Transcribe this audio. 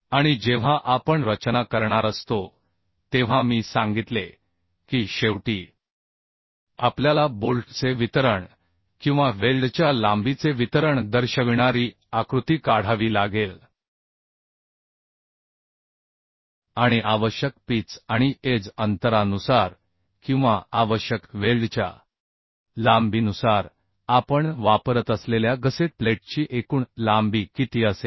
आणि जेव्हा आपण रचना करणार असतो तेव्हा मी सांगितले की शेवटी आपल्याला बोल्टचे वितरण किंवा वेल्डच्या लांबीचे वितरण दर्शविणारी आकृती काढावी लागेल आणि आवश्यक पिच आणि एज अंतरानुसार किंवा आवश्यक वेल्डच्या लांबीनुसार आपण वापरतअसलेल्या गसेट प्लेटची एकूण लांबी किती असेल